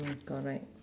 mm correct